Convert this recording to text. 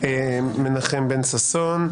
מנחם בן ששון.